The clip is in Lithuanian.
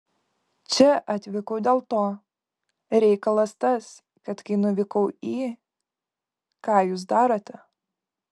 čia atvykau dėl to reikalas tas kad kai nuvykau į ką jūs darote